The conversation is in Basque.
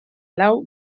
lau